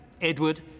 Edward